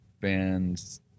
band's